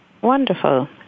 Wonderful